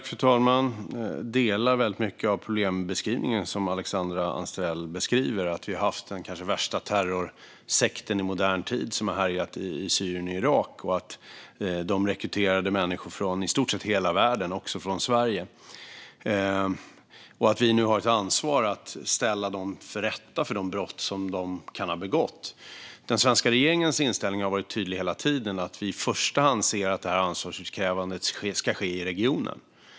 Fru talman! Jag delar väldigt mycket av Alexandra Anstrells problembeskrivning. Den kanske värsta terrorsekten i modern tid har härjat i Syrien och Irak, och de rekryterade människor från i stort sett hela världen - också från Sverige. Vi har nu ett ansvar att ställa dem inför rätta för de brott de kan ha begått. Den svenska regeringens inställning har varit tydlig hela tiden, nämligen att vi i första hand anser att ansvarsutkrävandet ska ske i regionen.